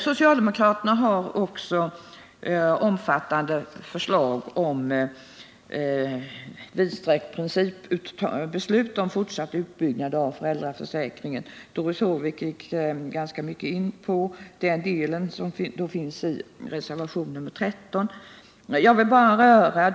Socialdemokraterna har också omfattande förslag om principbeslut om fortsatt utbyggnad av föräldraförsäkringen. Doris Håvik berörde ganska utförligt det förslaget, som finns i reservation nr 13.